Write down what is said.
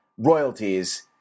royalties